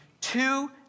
two